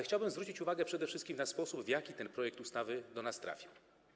Chciałbym jednak zwrócić uwagę przede wszystkim na sposób, w jaki ten projekt ustawy do nas trafił.